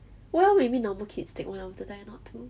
well maybe normal kids take one hour to tie a knot too